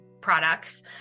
products